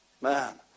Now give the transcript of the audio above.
man